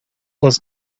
was